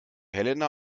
helena